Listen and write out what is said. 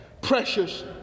precious